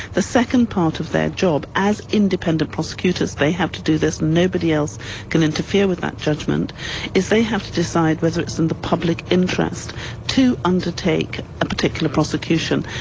the second part of their job as independent prosecutors, they have to do this, nobody else can interfere with that judgment is they have to decide whether it's in the public interest to undertake a particular prosecution.